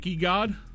God